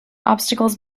obstacles